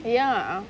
ya